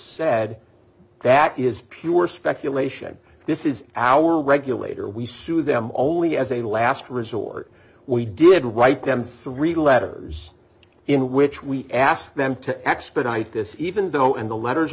sad that is pure speculation this is our regulator we sue them only as a last resort we did write them three letters in which we asked them to expedite this even though and the letters